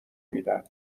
میدن